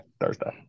Thursday